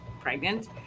pregnant